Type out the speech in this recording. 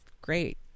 great